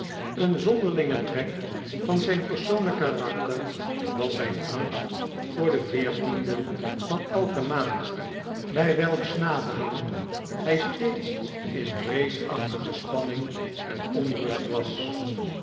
een zonderlinge trek van zijn persoonlijk karakter was zijn angst voor den veertienden van elke maand bij welks nadering hy steeds in vreesachtige spanning en onrust was